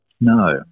No